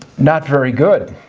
not very good.